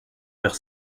vers